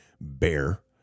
Bear